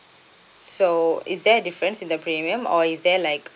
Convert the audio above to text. so is there difference in the premium or is there like